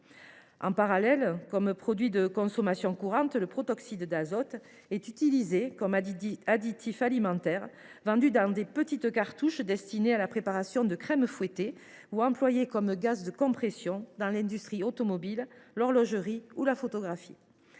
En tant que produit de consommation courante, il est utilisé comme additif alimentaire, vendu dans de petites cartouches destinées à la préparation de crème fouettée, et il est employé comme gaz de compression dans l’industrie automobile, l’horlogerie ou la photographie.